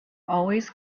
always